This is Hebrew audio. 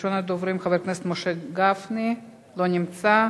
ראשון הדוברים הוא חבר הכנסת משה גפני, לא נמצא.